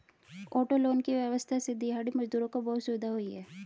auto loan की व्यवस्था से दिहाड़ी मजदूरों को बहुत सुविधा हुई है